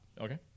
Okay